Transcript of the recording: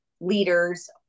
leaders